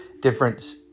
different